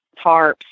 tarps